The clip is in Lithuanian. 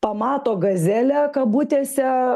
pamato gazelę kabutėse